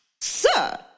Sir